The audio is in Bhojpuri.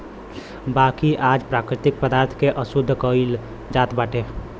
बाकी आज प्राकृतिक पदार्थ के अशुद्ध कइल जात बाटे